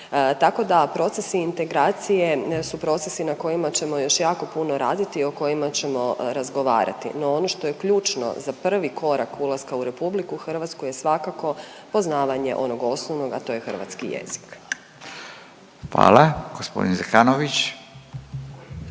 tako da procesi integracije su procesi na kojima ćemo još jako puno raditi, o kojima ćemo razgovarati. No, ono što je ključno za prvi korak ulaska u Republiku Hrvatsku je svakako poznavanje onog osnovnog, a to je hrvatski jezik. **Radin, Furio